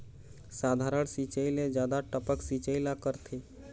साधारण सिचायी ले जादा टपक सिचायी ला करथे